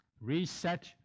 Reset